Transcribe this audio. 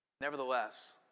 Nevertheless